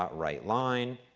ah right line,